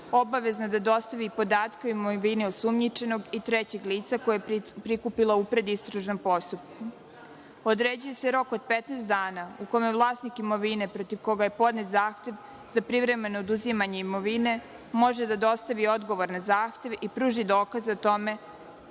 obavezna da dostavi podatke o imovini osumnjičenog i trećeg lica koje je prikupila u predistražnom postupku. Određuje se rok od 15 dana u kome vlasnik imovine protiv koga je podnet zahtev za privremeno oduzimanje imovine može da dostavi odgovor na zahtev i pruži dokaze o tome